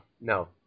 no